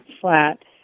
flat